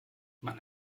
man